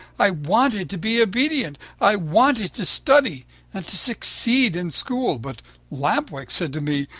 i wanted to be obedient. i wanted to study and to succeed in school, but lamp-wick said to me,